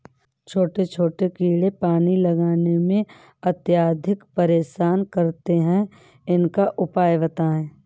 छोटे छोटे कीड़े पानी लगाने में अत्याधिक परेशान करते हैं इनका उपाय बताएं?